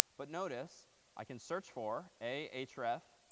but notice i can search for a href,